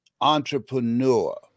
entrepreneur